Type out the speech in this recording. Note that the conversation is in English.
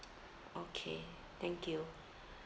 okay thank you